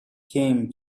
came